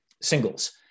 singles